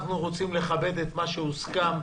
אנחנו רוצים לכבד את מה שהוסכם,